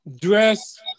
dress